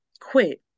quit